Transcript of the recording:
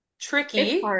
tricky